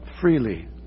freely